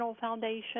Foundation